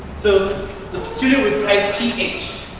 so the student would type t h.